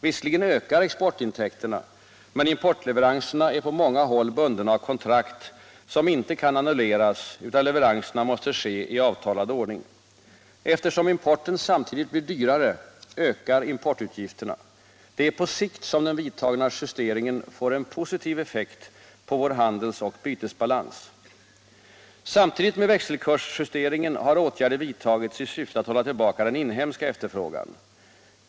Visserligen ökar exportintäkterna, men importleveranserna är på många håll bundna av kontrakt som inte kan annulleras, utan leveranserna måste ske i avtalad ordning. Eftersom importen samtidigt blir dyrare ökar importutgifterna. Det är på sikt som den vidtagna justeringen får en positiv effekt på vår handels och bytesbalans. Samtidigt med växelkursjusteringen har åtgärder vidtagits i syfte att hålla tillbaka den inhemska efterfrågan.